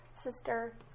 sister